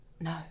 No